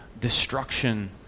destruction